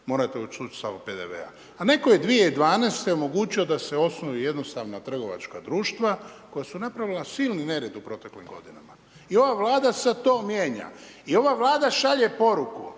razumije./... a netko je 2012. omogućio da se osnuju jednostavna trgovačka društva koja su napravila silni nered u proteklim godinama i ova vlada sad to mijenja. I ova vlada šalje poruku: